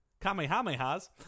Kamehamehas